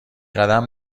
قدم